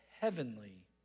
heavenly